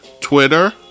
Twitter